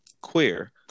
queer